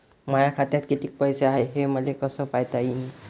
माया खात्यात कितीक पैसे हाय, हे मले कस पायता येईन?